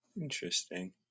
interesting